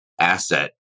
asset